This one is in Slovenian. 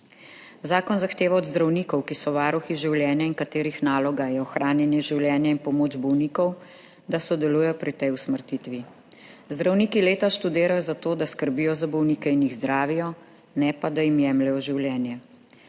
Zakon zahteva od zdravnikov, ki so varuhi življenja in katerih naloga je ohranjanje življenja in pomoč bolnikom, da sodelujejo pri tej usmrtitvi. Zdravniki leta študirajo za to, da skrbijo za bolnike in jih zdravijo, ne pa da jim jemljejo življenje,